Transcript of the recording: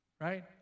right